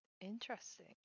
interesting